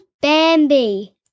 Bambi